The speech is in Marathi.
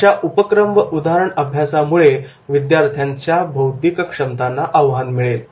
आशा उपक्रम व उदाहरण अभ्यासामुळे विद्यार्थ्याचा बौद्धिक क्षमतांना आव्हान मिळेल